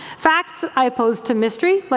facts i oppose to mystery. but